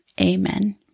Amen